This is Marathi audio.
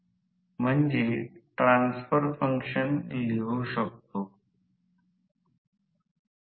स्टेटर वारंवारिता ti असेल जेणेकरून ती f आहे